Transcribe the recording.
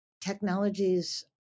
technologies